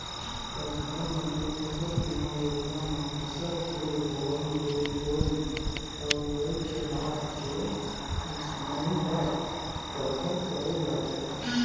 परधानमंतरी फसल बीमा योजना म फसल के बोवई ले लुवई अउ लुवई के बाद के नुकसानी ल कभर करे जाथे